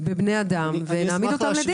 בבני אדם ונעמיד אותם לדין.